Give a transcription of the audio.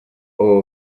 oil